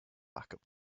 backup